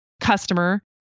Customer